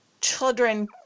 children